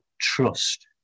trust